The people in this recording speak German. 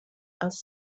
aus